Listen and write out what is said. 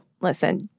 Listen